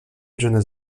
jonas